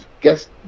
guess